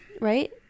Right